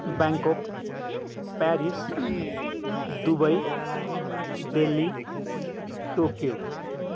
Bangkok Paris Dubai Delhi Tokyo